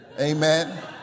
Amen